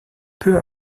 peu